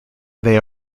they